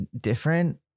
different